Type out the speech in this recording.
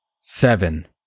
seven